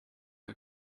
her